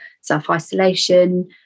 self-isolation